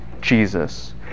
Jesus